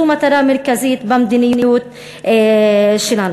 זו מטרה מרכזית במדיניות שלנו.